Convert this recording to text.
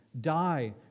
die